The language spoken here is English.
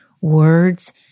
words